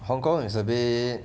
hong kong is a bit